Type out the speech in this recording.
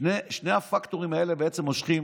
שני הפקטורים האלה בעצם מושכים